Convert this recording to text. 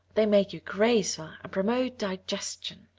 they make you graceful and promote digestion.